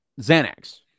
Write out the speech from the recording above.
Xanax